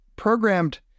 programmed